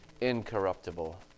incorruptible